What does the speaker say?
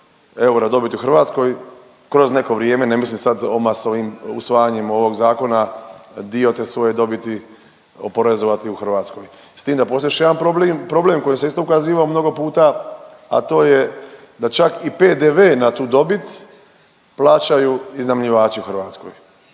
eura dobiti u Hrvatskoj, kroz neko vrijeme, ne mislim sad odmah s ovim usvajanjem ovog zakona, dio te svoje dobiti oporezovati u Hrvatskoj. S tim da postoji još jedan problem koji sam isto ukazivao mnogo puta, a to je da čak i PDV na tu dobit plaćaju iznajmljivači u Hrvatskoj.